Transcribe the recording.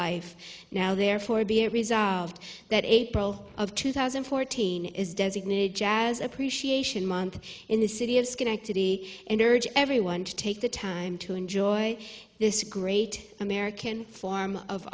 life now therefore be a reason that april of two thousand and fourteen is designated jazz appreciation month in the city of schenectady and urge everyone to take the time to enjoy this great american form of